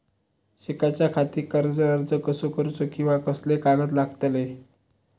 शिकाच्याखाती कर्ज अर्ज कसो करुचो कीवा कसले कागद लागतले?